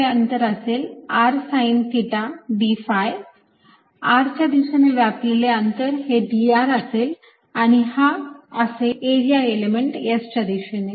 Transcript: हे अंतर असेल r sine theta d phi r च्या दिशेने व्यापलेले अंतर हे dr असेल आणि हा असेल एरिया एलिमेंट S च्या दिशेने